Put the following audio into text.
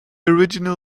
original